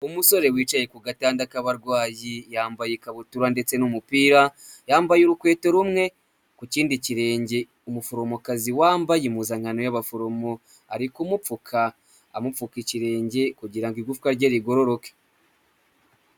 Umusore wicaye ku gatanda k'abarwayi yambaye ikabutura ndetse n'umupira, yambaye urukweto rumwe ku kindi kirenge. Umuforomokazi wambaye impuzankano y'abaforomo ari kumupfuka amupfuka ikirenge kugira ngo igufwa rye rigororoke.